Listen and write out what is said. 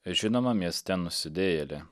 žinoma mieste nusidėjėlė